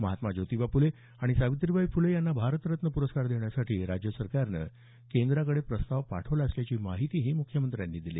महात्मा ज्योतिबा फुले आणि सावित्रीबाई फुले यांना भारतरत्न पुरस्कार देण्यासाठी राज्य सरकारनं केंद्राकडे प्रस्ताव पाठवल्याची माहितीही मुख्यमंत्र्यांनी दिली